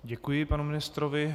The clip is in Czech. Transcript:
Děkuji panu ministrovi.